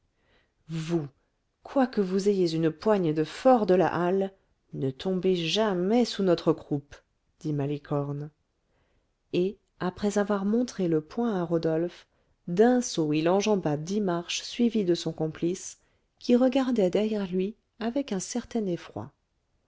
vous quoique vous ayez une poigne de fort de la halle ne tombez jamais sous notre coupe dit malicorne et après avoir montré le poing à rodolphe d'un saut il enjamba dix marches suivi de son complice qui regardait derrière lui avec un certain effroi